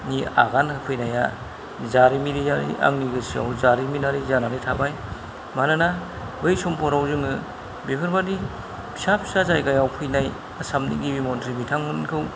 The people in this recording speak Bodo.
आगान होफैनाया जारिमिनारि आंनि गोसोआव जारिमिनारि जानानै थाबाय मानोना बै समफोराव जोङो बेफोरबादि फिसा फिसा जायगायाव फैनाय आसामनि गिबि मन्थ्रि बिथांमोनखौ